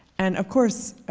and, of course,